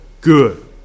good